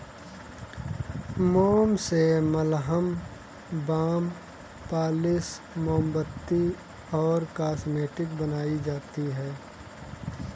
मोम से मलहम, बाम, पॉलिश, मोमबत्ती और कॉस्मेटिक्स बनाई जाती है